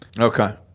Okay